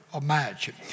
imagine